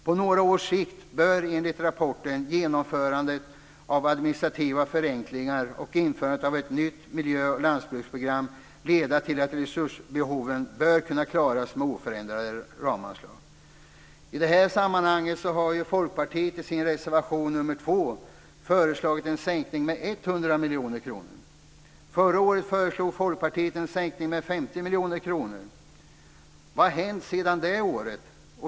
På några års sikt bör enligt rapporten genomförande av administrativa förenklingar och införande av ett nytt miljö och landsbygdsprogram leda till att resursbehoven bör kunna klaras med oförändrade ramanslag. I det här sammanhanget har Folkpartiet i reservation 2 föreslagit en sänkning med 100 miljoner kronor. Förra året föreslog Folkpartiet en sänkning med 50 miljoner kronor. Vad har hänt sedan det året?